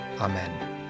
Amen